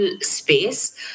space